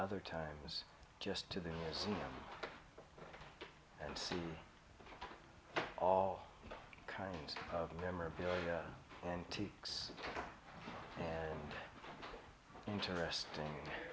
other times just to see and see all kinds of memorabilia antiques and interesting